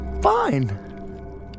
fine